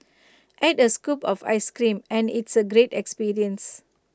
add A scoop of Ice Cream and it's A great experience